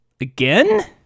again